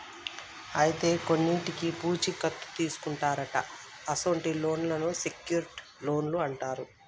అయితే కొన్నింటికి పూచీ కత్తు తీసుకుంటారట అసొంటి లోన్లను సెక్యూర్ట్ లోన్లు అంటారు